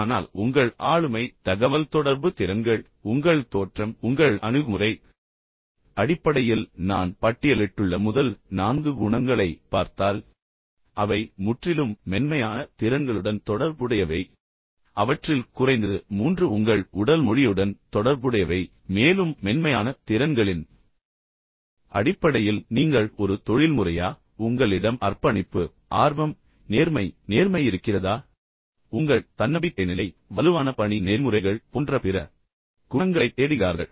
ஆனால் உங்கள் ஆளுமை தகவல்தொடர்பு திறன்கள் உங்கள் தோற்றம் உங்கள் அணுகுமுறை அடிப்படையில் நான் பட்டியலிட்டுள்ள முதல் நான்கு குணங்களைப் பார்த்தால் அவை முற்றிலும் மென்மையான திறன்களுடன் தொடர்புடையவை அவற்றில் குறைந்தது மூன்று உங்கள் உடல் மொழியுடன் தொடர்புடையவை மேலும் மென்மையான திறன்களின் அடிப்படையில் நீங்கள் ஒரு தொழில்முறையா உங்களிடம் அர்ப்பணிப்பு ஆர்வம் நேர்மை நேர்மை இருக்கிறதா உங்கள் தன்னம்பிக்கை நிலை வலுவான பணி நெறிமுறைகள் போன்ற பிற குணங்களைத் தேடுகிறார்கள்